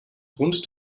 rund